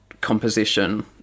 composition